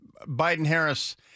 Biden-Harris